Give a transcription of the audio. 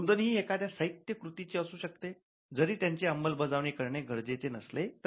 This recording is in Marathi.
नोंदणी ही एखाद्या साहित्य कृतीची असू शकते जरी त्यांची अंमलबजावणी करणे गरजेचे नसले तरी